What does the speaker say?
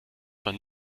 man